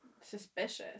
Suspicious